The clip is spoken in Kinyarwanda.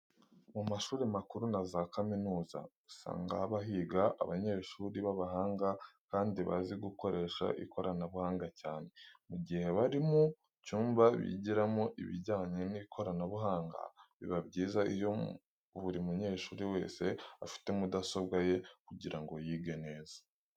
Mu mashuri makuru na za kaminuza usanga haba higa abanyeshuri b'abahanga kandi bazi gukoresha ikoranabuhanga cyane. Mu gihe bari mu cyumba bigiramo ibijyanye n'ikoranabuhanga, biba byiza iyo buri munyeshuri wese afite mudasobwa ye kugira ngo yige neza.